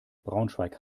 braunschweig